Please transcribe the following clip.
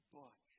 book